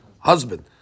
Husband